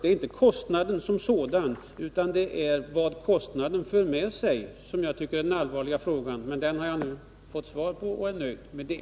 Det är inte kostnaden som sådan, utan vad kostnaden för med sig som är den allvarliga frågan. Men den har jag nu fått svar på, och jag är nöjd med det.